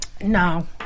No